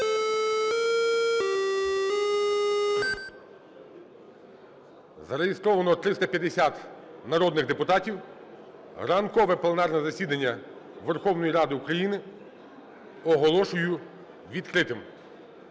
Зареєстровано 350 народних депутатів. Ранкове пленарне засідання Верховної Ради України оголошую відкритим.